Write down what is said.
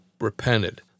repented